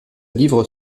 livre